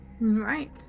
Right